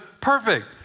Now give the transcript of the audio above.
perfect